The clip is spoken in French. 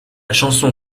chanson